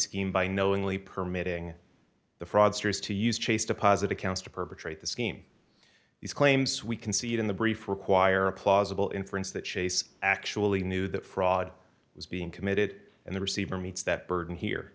scheme by knowingly permitting the fraudsters to use chase deposit accounts to perpetrate the scheme these claims we concede in the brief require a plausible inference that chase actually knew that fraud was being committed and the receiver meets that burden here